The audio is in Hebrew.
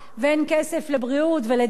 ואין כסף לבריאות ולדיור,